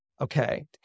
Okay